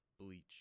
Bleach